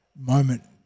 moment